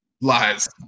Lies